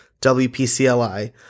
WPCLI